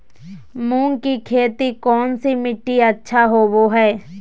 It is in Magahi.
मूंग की खेती कौन सी मिट्टी अच्छा होबो हाय?